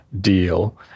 deal